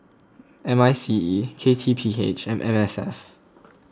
M I C E K T P H and M S F